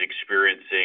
experiencing